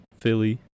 Philly